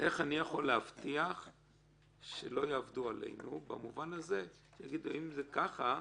איך אני יכול להבטיח שלא יעבדו עלינו במובן הזה שיגידו: אם זה ככה,